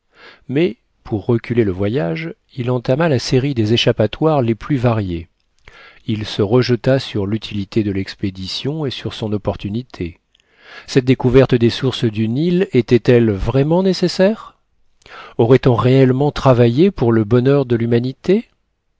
mais pour reculer le voyage il entama la série des échappatoires les plus variées il se rejeta sur l'utilité de l'expédition et sur son opportunité cette découverte des sources du nil était-elle vraiment nécessaire aurait-on réellement travaillé pour le bonheur de l'humanité